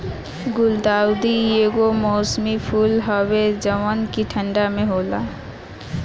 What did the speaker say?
गुलदाउदी एगो मौसमी फूल हवे जवन की ठंडा में होला